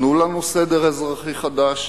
תנו לנו סדר אזרחי חדש,